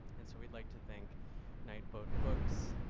and so we'd like to thank nightboat books,